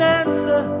answer